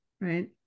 right